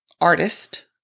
artist